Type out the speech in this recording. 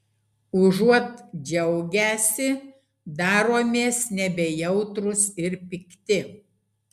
užuot džiaugęsi daromės nebejautrūs ir pikti